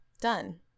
done